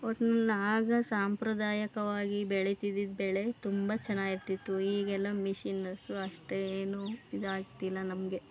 ಒಟ್ನಲ್ಲಿ ಆಗ ಸಾಂಪ್ರದಾಯಕವಾಗಿ ಬೆಳೀತಿದ್ದಿದ್ದು ಬೆಳೆ ತುಂಬ ಚೆನ್ನಾಗಿರ್ತಿತ್ತು ಈಗೆಲ್ಲ ಮಿಷಿನ್ನು ಸೊ ಅಷ್ಟೇನು ಇದಾಗ್ತಿಲ್ಲ ನಮಗೆ